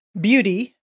Beauty